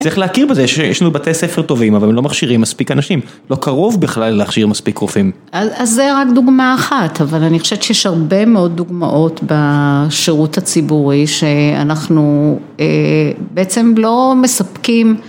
צריך להכיר בזה שיש לנו בתי ספר טובים אבל הם לא מכשירים מספיק אנשים, לא קרוב בכלל להכשיר מספיק רופאים. אז זה רק דוגמה אחת אבל אני חושבת שיש הרבה מאוד דוגמאות בשירות הציבורי שאנחנו בעצם לא מספקים.